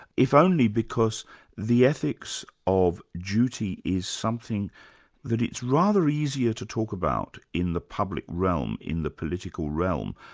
if only because the ethics of duty is something that it's rather easier to talk about in the public realm, in the political realm.